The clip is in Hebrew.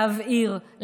להבעיר,